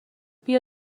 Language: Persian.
بیا